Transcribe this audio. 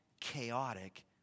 chaotic